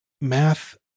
math